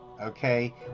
okay